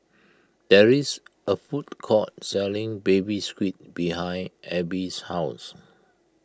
there is a food court selling Baby Squid behind Abie's house